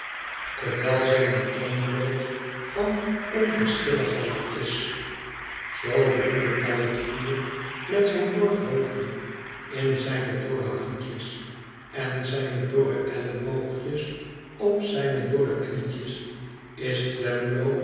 terwijl zij een toonbeeld van onverschilligheid is zoo broedend bij het vuur met zijn dor hoofdje in zijne dorre handjes en zijne dorre elleboogjes op zijne dorre knietjes is